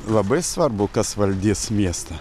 labai svarbu kas valdys miestą